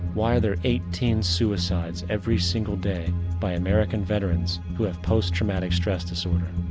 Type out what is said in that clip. why are there eighteen suicides every single day by american veterans who have post-traumatic stress disorder?